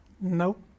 Nope